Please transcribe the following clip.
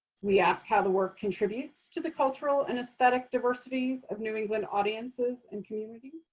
we ask how the work contributes to the cultural and aesthetic diversities of new england audiences and communities.